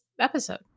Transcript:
episode